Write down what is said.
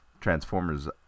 Transformers